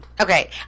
Okay